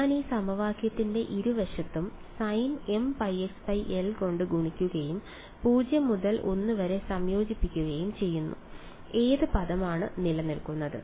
ഞാൻ ഈ സമവാക്യത്തിന്റെ ഇരുവശത്തും sinmπxl കൊണ്ട് ഗുണിക്കുകയും 0 മുതൽ l വരെ സംയോജിപ്പിക്കുകയും ചെയ്യുന്നു ഏത് പദമാണ് നിലനിൽക്കുന്നത്